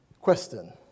Question